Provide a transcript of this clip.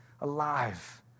alive